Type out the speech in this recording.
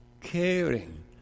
caring